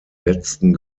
letzten